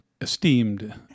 esteemed